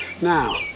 Now